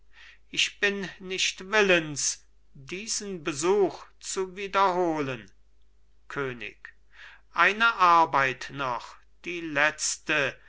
ich bin nicht willens diesen besuch zu wiederholen könig eine arbeit noch die letzte